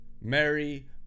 Mary